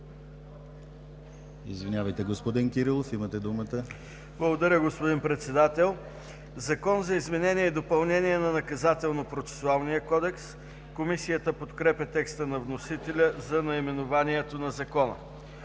Извинявайте, господин Кирилов – имате думата. ДОКЛАДЧИК ДАНАИЛ КИРИЛОВ: Благодаря, господин Председател. „Закон за изменение и допълнение на Наказателно-процесуалния кодекс“. Комисията подкрепя текста на вносителя за наименованието на Закона.